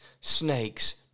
snakes